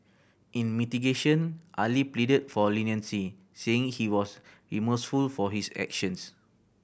in mitigation Ali pleaded for leniency saying he was remorseful for his actions